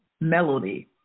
Melody